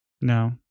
no